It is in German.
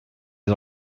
die